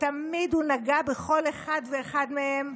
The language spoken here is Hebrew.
תמיד הוא נגע בכל אחד ואחד מהם,